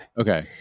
okay